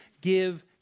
give